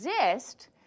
exist